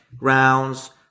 rounds